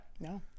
No